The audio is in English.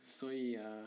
所以 uh